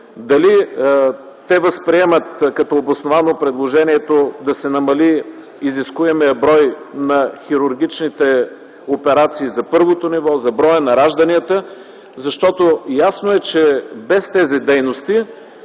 дали те възприемат като обосновано предложението да се намали изискуемият брой на хирургичните операции за първото ниво, за броя на ражданията, защото ясно е, че без тези дейности